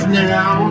now